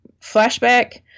flashback